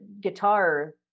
guitar